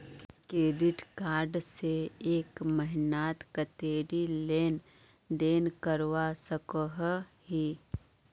Credit card से एक महीनात कतेरी लेन देन करवा सकोहो ही?